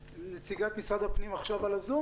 נציגת משרד הפנים עכשיו על הזום?